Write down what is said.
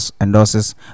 endorses